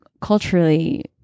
culturally